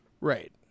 right